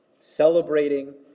Celebrating